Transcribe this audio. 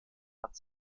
hat